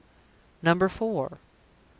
number four.